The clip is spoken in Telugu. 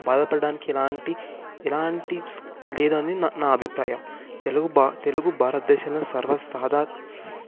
బాధపడడానికి ఎలాంటి ఎలాంటి లేదని నా నా అభిప్రాయం తెలుగు బా తెలుగు భారతదేశంలో సర్వ సాహధా సా